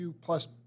plus